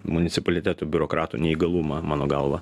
municipaliteto biurokratų neįgalumą mano galva